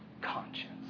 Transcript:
conscience